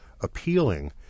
appealing